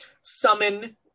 summon